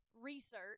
Research